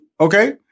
Okay